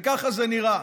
וככה זה נראה.